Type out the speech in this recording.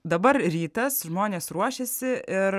dabar rytas žmonės ruošiasi ir